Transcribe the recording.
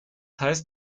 heißt